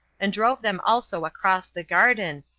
and drove them also across the garden,